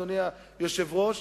אדוני היושב-ראש.